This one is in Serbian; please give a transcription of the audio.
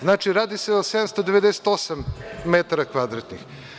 Znači, radi se o 798 metara kvadratnih.